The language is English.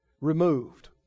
removed